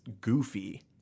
goofy